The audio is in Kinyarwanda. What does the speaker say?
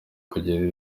kugira